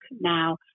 now